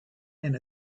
and